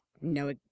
no